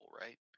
right